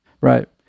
Right